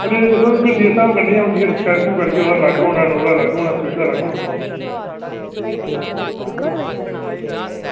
rate दिक्खो गड्डी दे स्हाब कन्नै हून जियां स्कार्पियो करगेओ ओह्दा अलग होना इनोवा दा अलग होना स्विफ्ट दा अलग होना